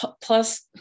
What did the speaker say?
plus